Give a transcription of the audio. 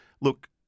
look